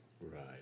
right